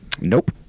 Nope